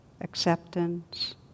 acceptance